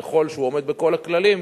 ככל שהוא עומד בכל הכללים,